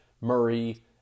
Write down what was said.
Murray